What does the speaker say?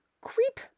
creep